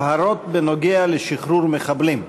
הבהרות בדבר שחרור מחבלים.